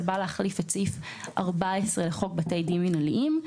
זה בא להחליף את סעיף 14 לחוק בתי דין מינהליים.